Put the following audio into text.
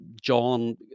John